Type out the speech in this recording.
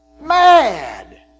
mad